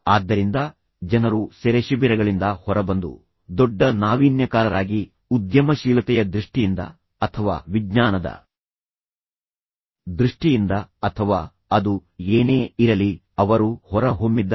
ಆದ್ದರಿಂದ ಜನರು ಸೆರೆಶಿಬಿರಗಳಿಂದ ಹೊರಬಂದು ದೊಡ್ಡ ನಾವೀನ್ಯಕಾರರಾಗಿ ಉದ್ಯಮಶೀಲತೆಯ ದೃಷ್ಠಿಯಿಂದ ಅಥವಾ ವಿಜ್ಞಾನದ ದೃಷ್ಠಿಯಿಂದ ಅಥವಾ ಅದು ಏನೇ ಇರಲಿ ಅವರು ಹೊರಹೊಮ್ಮಿದ್ದಾರೆ